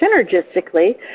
synergistically